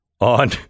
on